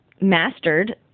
mastered